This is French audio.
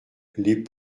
les